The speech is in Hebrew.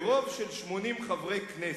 "ברוב של 80 חברי כנסת".